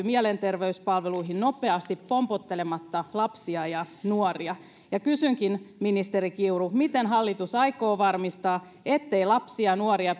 mielenterveyspalveluihin nopeasti pompottelematta lapsia ja nuoria kysynkin ministeri kiuru miten hallitus aikoo varmistaa ettei lapsia nuoria